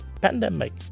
pandemic